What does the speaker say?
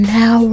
now